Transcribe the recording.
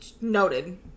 noted